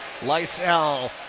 Lysel